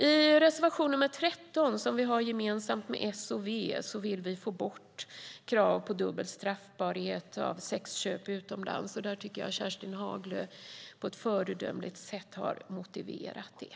I reservation nr 13 som vi har gemensamt med S och V vill vi få bort kravet på dubbel straffbarhet av sexköp utomlands. Jag tycker att Kerstin Haglö på ett föredömligt sätt har motiverat det.